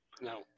No